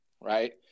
right